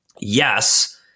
yes